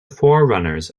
forerunners